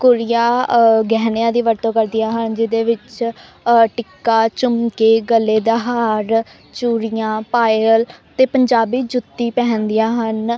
ਕੁੜੀਆਂ ਗਹਿਣਿਆਂ ਦੀ ਵਰਤੋਂ ਕਰਦੀਆਂ ਹਨ ਜਿਹਦੇ ਵਿੱਚ ਟਿੱਕਾ ਝੁਮਕੇ ਗਲੇ ਦਾ ਹਾਰ ਚੂੜੀਆਂ ਪਾਇਲ ਅਤੇ ਪੰਜਾਬੀ ਜੁੱਤੀ ਪਹਿਨਦੀਆਂ ਹਨ